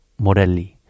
Morelli